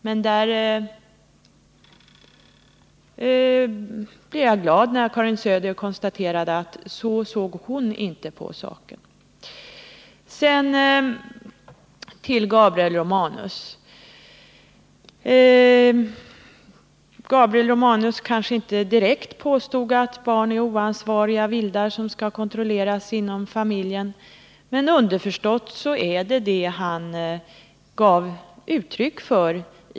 Jag blev glad över Karin Söders konstaterande att så såg hon inte på den saken. Gabriel Romanus kanske inte direkt påstod att barn är oansvariga vildar som skall kontrolleras inom familjen, men underförstått är det vad han gav uttryck för.